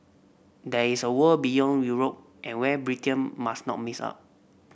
there is a world beyond Europe and where Britain must not miss up